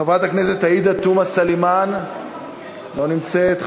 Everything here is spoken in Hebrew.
חברת הכנסת עאידה תומא סלימאן לא נמצאת.